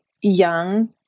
young